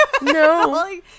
No